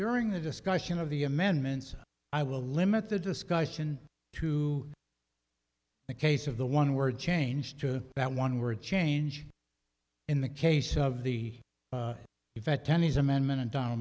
during the discussion of the amendments or i will limit the discussion to the case of the one word change to that one word change in the case of the event tenney's amendment and don